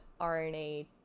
RNA